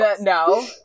no